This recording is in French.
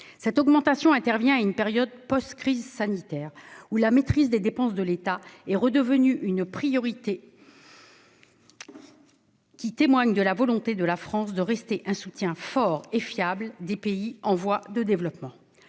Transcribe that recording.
Cette augmentation, qui intervient dans une période post-crise sanitaire, durant laquelle la maîtrise des dépenses de l'État est redevenue une priorité, témoigne de la volonté de la France de rester un soutien fort et fiable des pays en voie de développement.